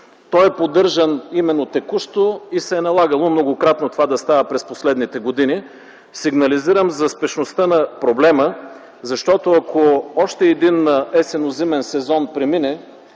Той е поддържан именно текущо и се е налагало многократно това да става през последните години. Сигнализирам за спешността на проблема, защото ако още един есенно-зимен сезон премине,